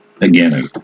again